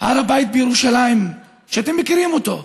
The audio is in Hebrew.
הר הבית בירושלים, שאתם מכירים אותו,